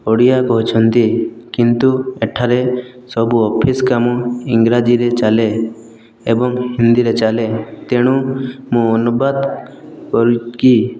ଓଡ଼ିଆ କହୁଛନ୍ତି କିନ୍ତୁ ଏଠାରେ ସବୁ ଅଫିସ କାମ ଇଂରାଜୀରେ ଚାଲେ ଏବଂ ହିନ୍ଦୀରେ ଚାଲେ ତେଣୁ ମୁଁ ଅନୁବାଦ କରିକି